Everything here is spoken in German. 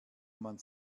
man